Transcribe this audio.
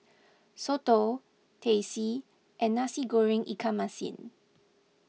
Soto Teh C and Nasi Goreng Ikan Masin